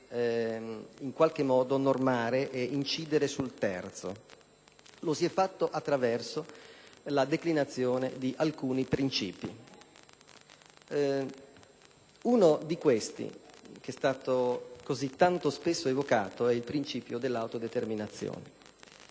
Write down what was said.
in qualche modo normare e incidere sul terzo. Lo si è fatto attraverso la declinazione di alcuni princìpi. Uno di questi, che è stato così spesso evocato, è il principio dell'autodeterminazione.